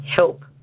help